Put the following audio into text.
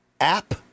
app